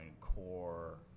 core